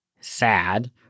sad